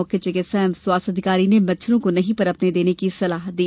मुख्य चिकित्सा एवं स्वास्थ्य अधिकारी ने मच्छरों को नहीं पनपने देने की सलाह दी